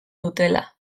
dutela